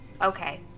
okay